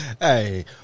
Hey